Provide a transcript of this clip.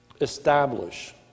establish